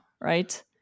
right